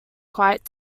quite